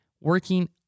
working